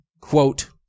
quote